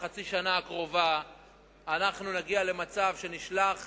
בחצי השנה הקרובה נגיע למצב שנשלח